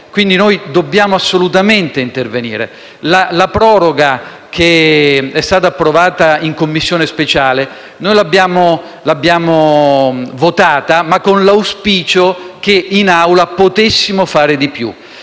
Noi dobbiamo assolutamente intervenire. La proroga approvata in Commissione speciale l'abbiamo votata, ma con l'auspicio che in Aula potessimo fare di più.